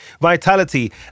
vitality